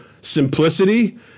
simplicity